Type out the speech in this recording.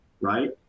right